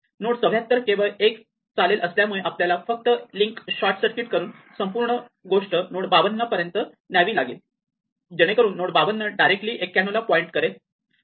node 74 केवळ एक चालेल असल्यामुळे आपल्याला फक्त लिंक शॉर्ट सर्किट करून संपूर्ण गोष्ट नोड 52 पर्यंत न्यावी लागेल जेणेकरून नोड 52 डायरेक्टली 91 ला पॉईंट करेल